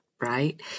right